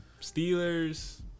Steelers